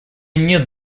нет